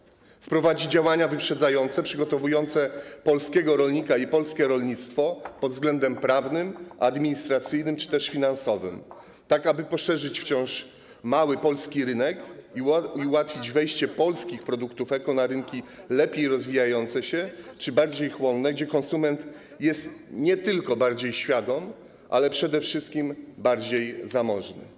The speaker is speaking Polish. Chodzi o to, by wprowadzić działania wyprzedzające, przygotowujące polskiego rolnika i polskie rolnictwo pod względem prawnym, administracyjnym czy też finansowym, tak aby poszerzyć wciąż mały polski rynek i ułatwić wejście polskich produktów eko na rynki lepiej rozwijające się czy bardziej chłonne, gdzie konsument jest nie tylko bardziej świadom, ale przede wszystkim bardziej zamożny.